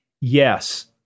yes